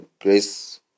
Grace